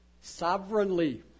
sovereignly